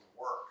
work